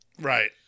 Right